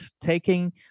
taking